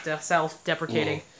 self-deprecating